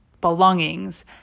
belongings